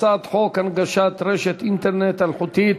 הצעת חוק הנגשת רשת אינטרנט אלחוטית